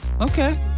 Okay